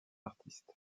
artistes